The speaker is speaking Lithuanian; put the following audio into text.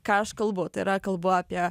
ką aš kalbu tai yra kalbu apie